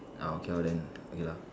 orh okay lor then okay lah